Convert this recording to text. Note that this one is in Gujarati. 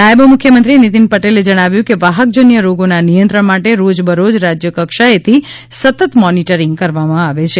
નાયબ મુખ્યમંત્રી નીતિન પટેલે જણાવ્યું કે વાહક જન્ય રોગોના નિયંત્રણ માટે રોજબરોજ રાજ્ય કક્ષાએથી સતત મોનિટરિંગ કરવામાં આવે છે